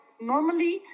normally